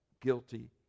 guilty